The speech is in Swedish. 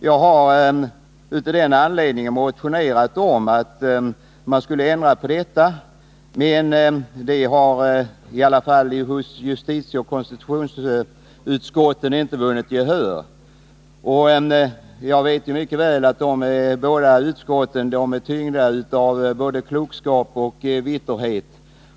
Jag har av den anledningen motionerat om att regeringen skulle utfärda föreskrifter för att komma till rätta med detta problem. Det kravet har dock inte vunnit gehör hos justitieoch konstitutionsutskotten. Jag vet mycket väl att dessa utskott är tyngda av både klokskap och vitterhet.